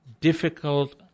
difficult